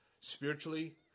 spiritually